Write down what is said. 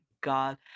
God